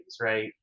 right